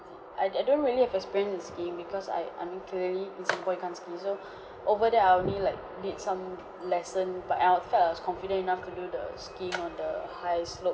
I d~ I don't really have experience in skiing because I I mean clearly in singapore you can't ski so over there I only like did some lesson but and I felt like I was confident enough to do the skiing on the high slopes